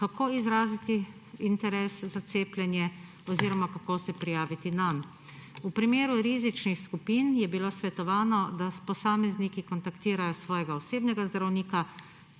kako izraziti interes za cepljenje oziroma kako se prijaviti nanj. V primeru rizičnih skupin je bilo svetovano, da posamezniki kontaktirajo svojega osebnega zdravnika,